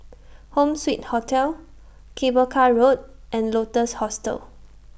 Home Suite Hotel Cable Car Road and Lotus Hostel